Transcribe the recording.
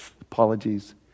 Apologies